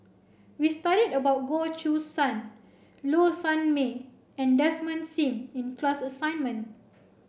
we studied about Goh Choo San Low Sanmay and Desmond Sim in class assignment